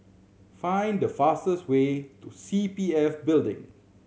find the fastest way to C P F Building